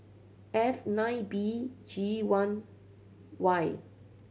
F nine B G one Y